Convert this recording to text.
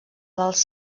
dels